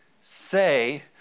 say